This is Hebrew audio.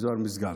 באזור משגב.